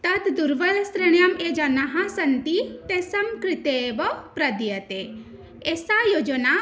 तद् दुर्बलस्रीणां ये जनाः सन्ति तेषां कृते एव प्रदीयते एषा योजना